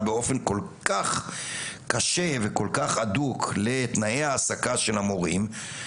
באופן כל כך קשה והדוק לתנאי העסקת המורים,